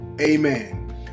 Amen